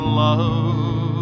love